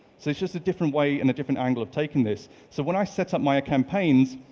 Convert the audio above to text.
so it's just a different way and a different angle of taking this. so when i set up my campains,